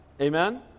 Amen